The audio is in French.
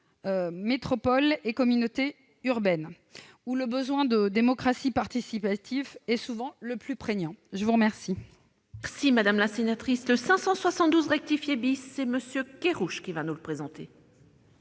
métropoles ou des communautés urbaines où le besoin de démocratie participative est souvent le plus prégnant. L'amendement